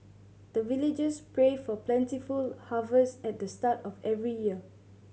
the villagers pray for plentiful harvest at the start of every year